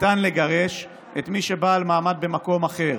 ניתן לגרש את מי שבעל מעמד במקום אחר.